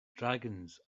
dragons